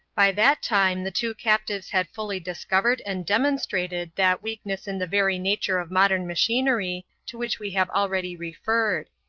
by that time the two captives had fully discovered and demonstrated that weakness in the very nature of modern machinery to which we have already referred.